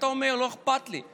אתה אומר: לא אכפת לי.